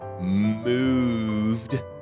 moved